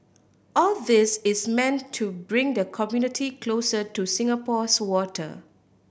all this is meant to bring the community closer to Singapore's water